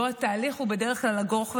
תהליך שהוא בדרך כלל ארוך ומייגע,